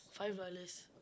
five dollars